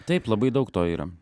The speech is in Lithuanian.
taip labai daug to yra